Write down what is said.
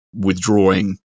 withdrawing